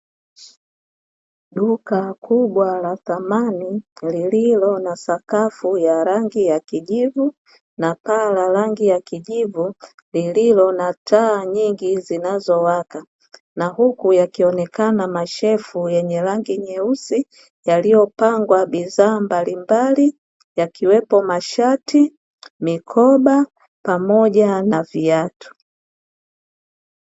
Duka kubwa la samani lililo na sakafu ya rangi ya kijivu, na paa la rangi ya kijivu lililo na taa nyingi zinzowaka. Na huku yakionekana mashelfu yenye rangi nyeusi, yaliyopangwa bidhaa mbalimbali, yakiwemo mashati, mikoba pamoja na viatu.